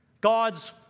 God's